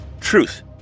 truth